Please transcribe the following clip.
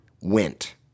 went